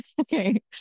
Okay